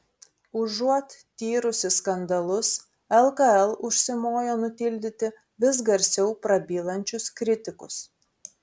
užuot tyrusi skandalus lkl užsimojo nutildyti vis garsiau prabylančius kritikus